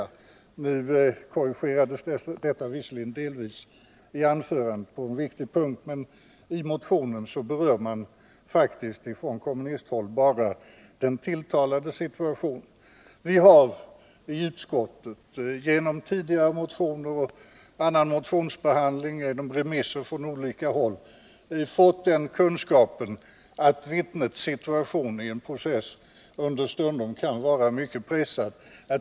I Hans Peterssons anförande korrigerades detta visserligen delvis på en viktig punkt, men i motionen berör man faktiskt bara den tilltalades situation. Utskottet har genom motionsbehandling och genom remisser från olika håll fått den kunskapen att vittnets situation i en process understundom kan vara mycket pressad.